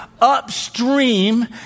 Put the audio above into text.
upstream